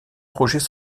projets